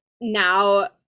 now